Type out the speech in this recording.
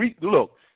look